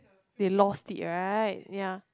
they lost it right ya